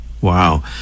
Wow